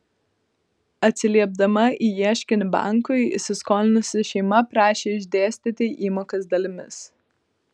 atsiliepdama į ieškinį bankui įsiskolinusi šeima prašė išdėstyti įmokas dalimis